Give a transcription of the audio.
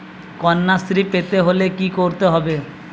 কন্যাশ্রী পেতে হলে কি করতে হবে?